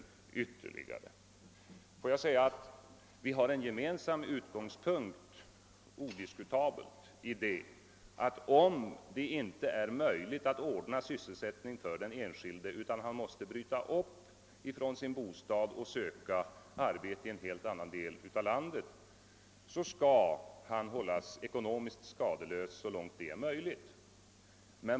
Vi har odiskutabelt en gemensam utgångspunkt i uppfattningen att den enskilde, om det inte är möjligt att ordna sysselsättning för honom och han måste bryta upp från sin hemort och söka arbete i en helt annan del av landet, skall hållas ekonomiskt skadeslös så långt det är möjligt.